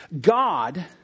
God